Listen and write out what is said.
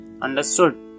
understood